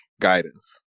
guidance